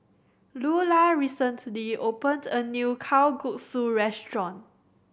Lula recently opened a new Kalguksu restaurant